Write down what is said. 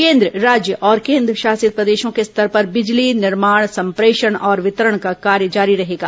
केंद्र राज्य और केंद्रशासित प्रदेशों के स्तर पर बिजली निर्माण संप्रेषण और वितरण का कार्य जारी रहेगा